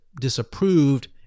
disapproved